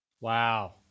Wow